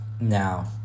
Now